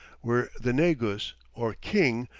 where the negus or king,